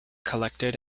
collected